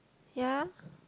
ya